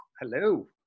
Hello